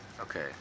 Okay